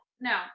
No